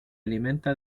alimenta